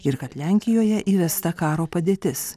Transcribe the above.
ir kad lenkijoje įvesta karo padėtis